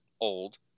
old